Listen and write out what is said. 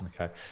okay